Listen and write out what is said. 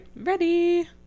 Ready